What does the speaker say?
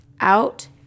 out